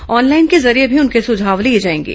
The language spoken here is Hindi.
ऑनलाइन के जरिये भी उनके सुझाव लिए जाएंगे